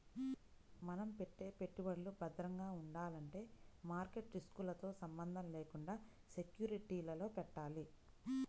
మనం పెట్టే పెట్టుబడులు భద్రంగా ఉండాలంటే మార్కెట్ రిస్కులతో సంబంధం లేకుండా సెక్యూరిటీలలో పెట్టాలి